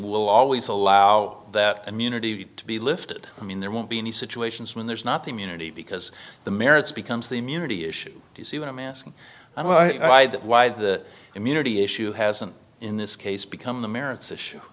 will always allow that immunity to be lifted i mean there won't be any situations when there's not the immunity because the merits becomes the immunity issue you see them asking why that why the immunity issue hasn't in this case become the merits issue